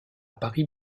paris